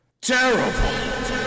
Terrible